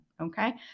okay